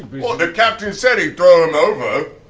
what? the captain said he'd throw him over.